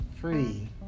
free